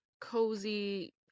cozy